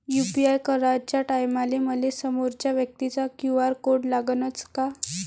UPI कराच्या टायमाले मले समोरच्या व्यक्तीचा क्यू.आर कोड लागनच का?